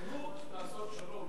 נכונות לעשות שלום,